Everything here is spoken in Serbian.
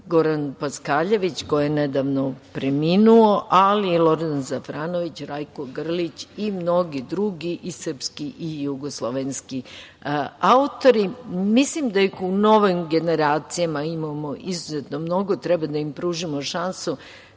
Goran Paskaljević, koji je nedavno preminuo, ali i Lordan Zafranović, Rajko Grlić i mnogi drugi i srpski i jugoslovenski autori. Mislim da i u novim generacijama imamo izuzetno mnogo. Treba da im pružimo šansu